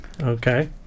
Okay